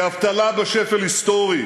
כי התעסוקה מלאה, כי האבטלה בשפל היסטורי,